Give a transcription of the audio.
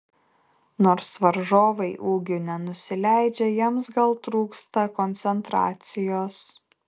nors varžovai ūgiu nenusileidžia jiems gal trūksta koncentracijos